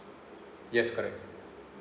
yes correct